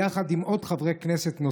יחד עם עוד חברי כנסת,